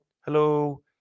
Hello